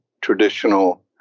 traditional